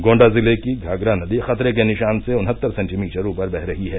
गोण्डा जिले की घाघरा नदी खतरे के निशान से उनहत्तर सेंटीमीटर ऊपर बह रही है